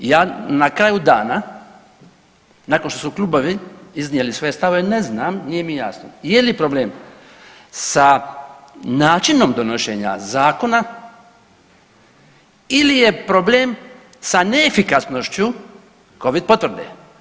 Ja na kraju dana nakon što su klubovi iznijeli svoje stavove, ne znam, nije mi jasno je li problem sa načinom donošenja zakona ili je problem sa neefikasnošću covid potvrde?